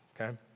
okay